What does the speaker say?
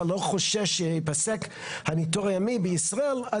לא חושש שייפסק הניתור הימי בישראל,